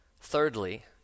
thirdly